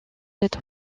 être